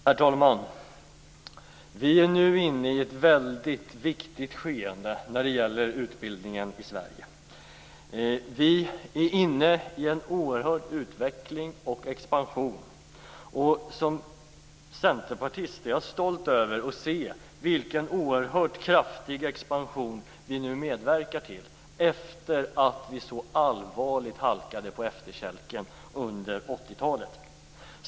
Herr talman! Vi är nu inne i ett väldigt viktigt skeende när det gäller utbildningen i Sverige. Vi är inne i en oerhörd utveckling och expansion. Som centerpartist är jag stolt över att se vilken oerhört kraftig expansion vi nu medverkar till, efter det att Sverige så allvarligt halkade på efterkälken under 80-talet.